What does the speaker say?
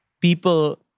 people